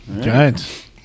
Giants